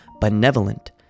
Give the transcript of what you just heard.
benevolent